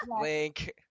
Link